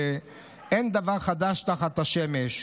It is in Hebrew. שאין דבר חדש תחת השמש.